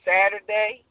Saturday